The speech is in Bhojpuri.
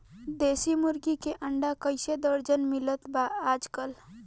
देशी मुर्गी के अंडा कइसे दर्जन मिलत बा आज कल?